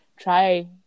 try